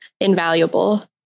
invaluable